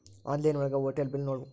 online ಒಳಗ hotel bill ಕಟ್ಬೋದು